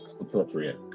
Appropriate